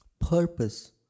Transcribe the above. Purpose